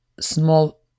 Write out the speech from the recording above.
small